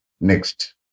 Next